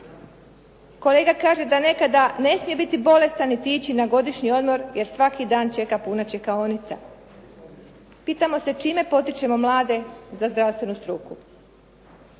Kolega kaže da nekada ne smije biti bolestan niti ići na godišnji odmor jer svaki dan čeka puna čekaonica. Pitamo se čime potičemo mlade za zdravstvenu struku.